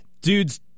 dude's